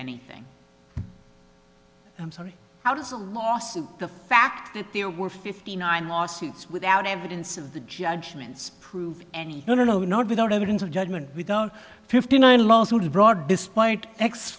anything i'm sorry how does a lawsuit the fact that there were fifty nine lawsuits without evidence of the judgments proved and no no not without evidence of judgement without fifty nine lawsuits brought despite